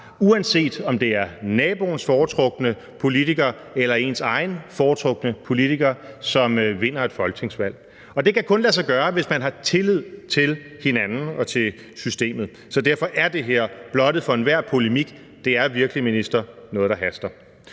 uanset om det er naboens foretrukne politiker eller ens egen foretrukne politiker, som vinder et folketingsvalg, og det kan kun lade sig gøre, hvis man har tillid til hinanden og til systemet. Så derfor er det her blottet for enhver polemik. Det er virkelig, minister, noget, der haster.